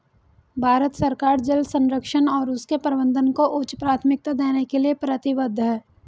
भारत सरकार जल संरक्षण और उसके प्रबंधन को उच्च प्राथमिकता देने के लिए प्रतिबद्ध है